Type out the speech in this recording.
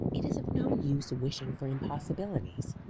it is of no use wishing for impossibilities.